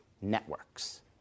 networks